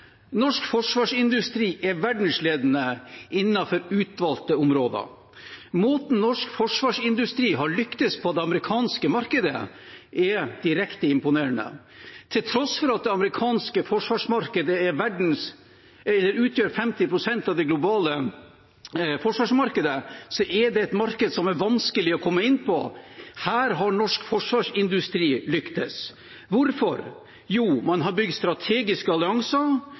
Norsk forsvarsindustri er verdensledende innenfor utvalgte områder. Måten norsk forsvarsindustri har lyktes på i det amerikanske markedet, er direkte imponerende. Til tross for at det amerikanske forsvarsmarkedet utgjør 50 pst. av det globale forsvarsmarkedet, er det et marked som er vanskelig å komme inn på. Her har norsk forsvarsindustri lyktes. Hvorfor? Jo, man har bygget strategiske allianser,